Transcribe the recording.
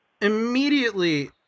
immediately